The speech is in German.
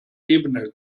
ebene